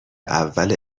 اول